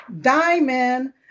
DIAMOND